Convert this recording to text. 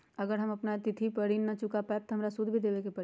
अगर हम अपना तिथि पर ऋण न चुका पायेबे त हमरा सूद भी देबे के परि?